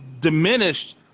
diminished